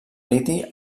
liti